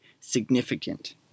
significant